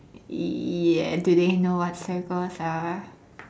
ya do they know what Sagwas are